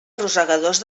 rosegadors